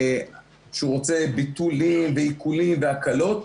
שהוא רוצה ביטולים ועיקולים והקלות.